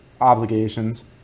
obligations